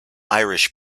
irish